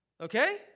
Okay